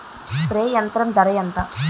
Spray యంత్రం ధర ఏంతా?